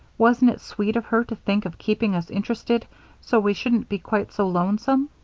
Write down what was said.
wasn't it sweet of her to think of keeping us interested so we shouldn't be quite so lonesome?